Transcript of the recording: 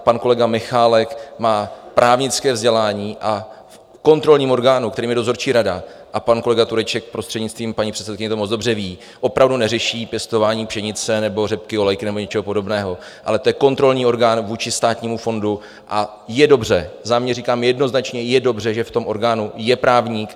Pan kolega Michálek má právnické vzdělání a kontrolní orgán, kterým je dozorčí rada a pan kolega Tureček, prostřednictvím paní předsedkyně, to moc dobře ví opravdu neřeší pěstování pšenice nebo řepky olejky nebo něčeho podobného, ale je to kontrolní orgán vůči státnímu fondu a je dobře, za mě říkám jednoznačně je dobře, že v tom orgánu je právník.